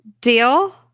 Deal